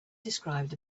described